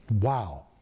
Wow